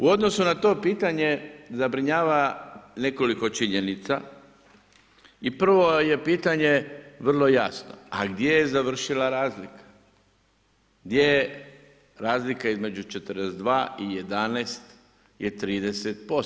U odnosu na to pitanje zabrinjava nekoliko činjenica i prvo je pitanje vrlo jasno, a gdje je završila razlika, gdje je razlika između 42 i 11 je 30%